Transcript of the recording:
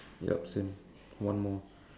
yup same one more